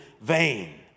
vain